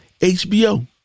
HBO